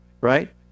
Right